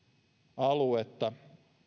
aluetta